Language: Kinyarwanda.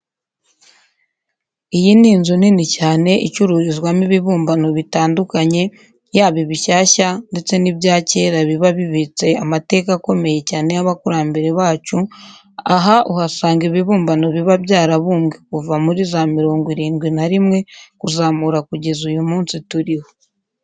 Iyi ni inzu nini cyane icururizwamo ibibumbano bitandukanye, yaba ibishyashya ndetse n'ibya kera biba bibitse amateka akomeye cyane y'abakurambere bacu, aha uhasanga ibibumbano biba byarabumbwe kuva muri za mirongo irindi na rimwe kuzamura kugeza uyu munsi turiho.